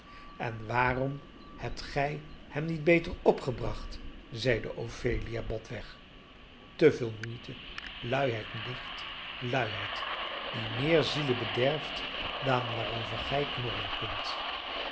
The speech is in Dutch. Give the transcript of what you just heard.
en waarom hebt gij hem niet beter opgebracht zeide ophelia botweg te veel moeite luiheid nicht luiheid die meer zielen bederft dan waarover gij knorren kunt